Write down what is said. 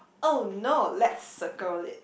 oh no let's circle it